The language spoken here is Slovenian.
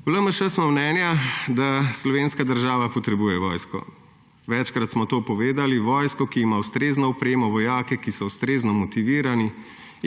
V LMŠ smo mnenja, da slovenska država potrebuje vojsko, večkrat smo to povedali, vojsko, ki ima ustrezno opremo, vojake, ki so ustrezno motivirani